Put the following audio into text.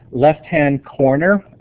left-hand corner,